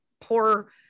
poor